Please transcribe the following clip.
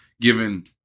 given